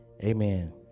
Amen